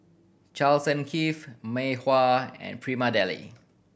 Charles and Keith Mei Hua and Prima Deli